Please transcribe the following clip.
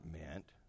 meant